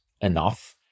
enough